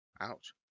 ouch